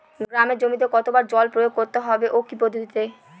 গমের জমিতে কতো বার জল প্রয়োগ করতে হবে ও কি পদ্ধতিতে?